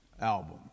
album